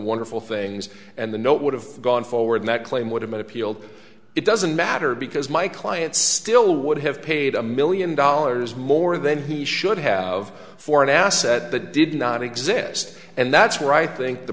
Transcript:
wonderful things and the note would have gone forward that claim would have been appealed it doesn't matter because my client still would have paid a million dollars more than he should have for an asset that did not exist and that's where i think the